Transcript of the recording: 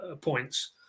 points